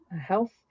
health